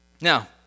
Now